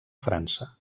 frança